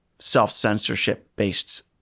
self-censorship-based